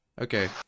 Okay